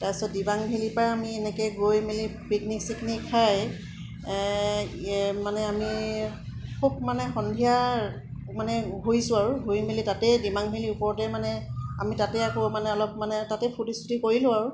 তাৰপিছত দীমাংভেলীৰপৰা আমি এনেকৈ গৈ মেলি পিকনিক চিকনিক খাই মানে আমি খুব মানে সন্ধিয়া মানে ঘূৰিছোঁ আৰু ঘূৰি মেলি তাতে ডিমাংভেলীৰ ওপৰতে মানে আমি তাতে আকৌ মানে অলপ মানে তাতে ফূৰ্তি চূৰ্তি কৰিলোঁ আৰু